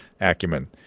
acumen